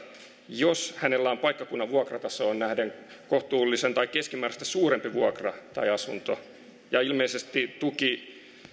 jos hänellä on paikkakunnan vuokratasoon nähden kohtuullisen suuri tai keskimääräistä suurempi vuokra tai asunto ja ilmeisesti tuki